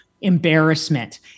embarrassment